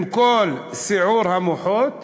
עם כל סיעור המוחות